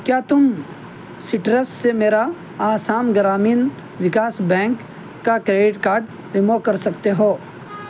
کیا تم سٹرس سے میرا آسام گرامین وکاس بینک کا کریڈٹ کارڈ ریمو کر سکتے ہو